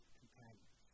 companions